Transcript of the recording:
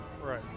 Right